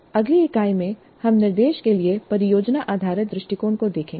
अगली इकाई में हम निर्देश के लिए परियोजना आधारित दृष्टिकोण को देखेंगे